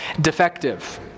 defective